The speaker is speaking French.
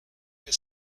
que